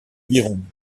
biron